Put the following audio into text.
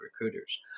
recruiters